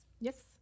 Yes